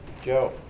Joe